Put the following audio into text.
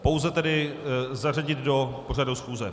Pouze tedy zařadit do pořadu schůze.